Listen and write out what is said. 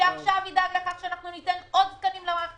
שעכשיו ידאג לכך שאנחנו ניתן עוד תקנים למערכת